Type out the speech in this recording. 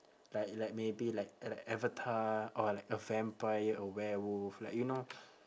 like like maybe like an avatar or like a vampire a werewolf like you know